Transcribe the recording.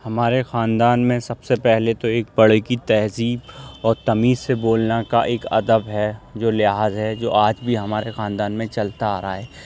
ہمارے خاندان میں سب سے پہلے تو ایک بڑے کی تہذیب اور تمیز سے بولنے کا ایک ادب ہے جو لحاظ جو آج بھی ہمارے خاندان میں چلتا آ رہا ہے